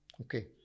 Okay